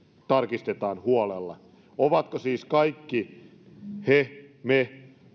tarkistetaan huolella ovatko perustuslakitalebaneja siis kaikki he me